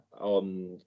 on